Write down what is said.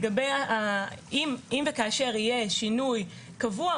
אם וכאשר יהיה שינוי קבוע,